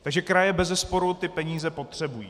Takže kraje bezesporu ty peníze potřebují.